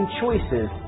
choices